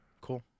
Cool